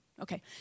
okay